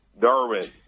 Darwin